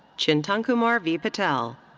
chintankumar v. patel.